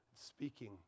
speaking